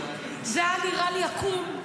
זה היה נראה לי עקום,